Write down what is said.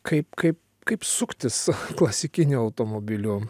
kaip kaip kaip suktis klasikinių automobilių